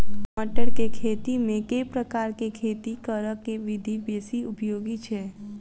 मटर केँ खेती मे केँ प्रकार केँ खेती करऽ केँ विधि बेसी उपयोगी छै?